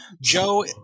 joe